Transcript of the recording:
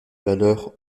valeur